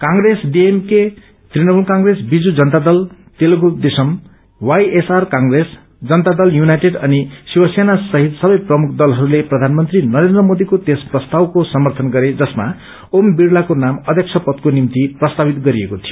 cress DMK Trinamool क्र्रेस बीजू जनता दल तेलगू देश्रम वाइएसआर क्र्रेस Janata Dal united अनि शिवसेना सहित सवै प्रमुख दलहरूले प्रधानमन्त्री नरेन्द्र मोरीको त्यस प्रस्तावको समर्थन गरे जसमा ओम बिङ्लाको नाम अध्यक्ष पदको निम्ति प्रस्तावित गरिएको थियो